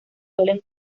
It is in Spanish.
suele